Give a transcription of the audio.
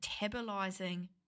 metabolizing